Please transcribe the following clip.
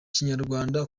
kinyarwanda